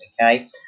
Okay